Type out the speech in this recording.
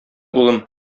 улым